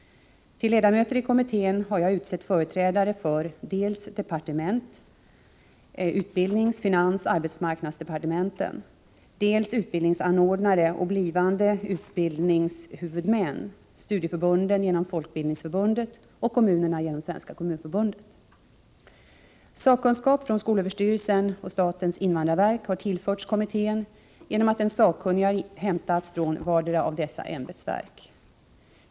Till ledamöter i kommittén har jag utsett företrädare för dels berörda departement — utbildnings-, finansoch arbetsmarknadsdepartementen —, dels utbildningsanordnare och blivande utbildningshuvudmän — studieförbunden genom Folkbildningsförbundet och kommunerna genom Svenska kommunförbundet. Sakkunskap från skolöverstyrelsen och statens invandrarverk har tillförts kommittén genom att en sakkunnig har hämtats från vardera av dessa ämbetsverk.